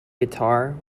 guitar